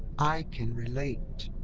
i can relate.